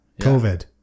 COVID